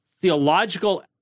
theological